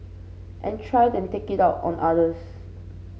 and try and take it out on others